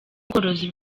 ubworozi